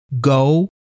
Go